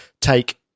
take